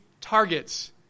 targets